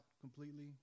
completely